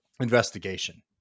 investigation